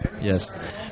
yes